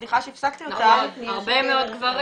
סליחה שהפסקתי אותך --- אם המשטרה